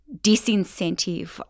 disincentive